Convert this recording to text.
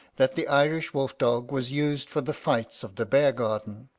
that the irish wolf-dog was used for the fights of the bear-garden.